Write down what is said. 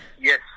Yes